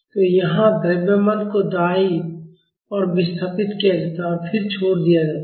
तो यहाँ द्रव्यमान को दाईं ओर विस्थापित किया जाता है और फिर छोड़ दिया जाता है